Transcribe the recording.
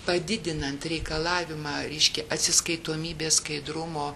padidinant reikalavimą reiškia atsiskaitomybės skaidrumo